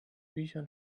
büchern